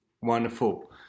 Wonderful